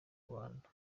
rwanda